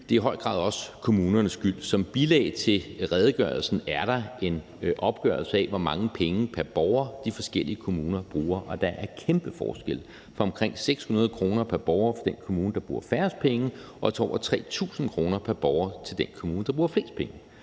det er i høj grad også kommunernes skyld. Som bilag til redegørelsen er der en opgørelse af, hvor mange penge pr. borger de forskellige kommuner bruger, og der er en kæmpe forskel fra omkring 600 kr. pr. borger i den kommune, der bruger færrest penge, til over 3.000 kr. pr. borger i den kommune, der bruger flest penge.